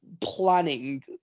planning